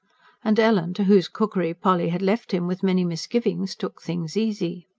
and ellen, to whose cookery polly had left him with many misgivings, took things easy.